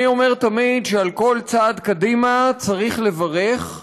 אני אומר תמיד שעל כל צעד קדימה צריך לברך,